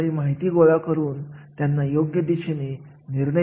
हे एक श्रीराम समूहामध्ये साधे उदाहरण आहे आहे